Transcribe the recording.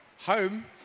Home